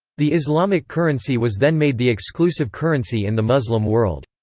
the islamic currency was then made the exclusive currency in the muslim world.